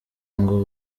ngo